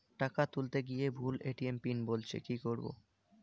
টাকা তুলতে গিয়ে ভুল এ.টি.এম পিন বলছে কি করবো?